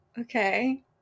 Okay